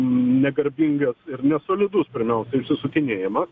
negarbingas ir nesolidus pirmiausia išsisukinėjimas